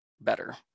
better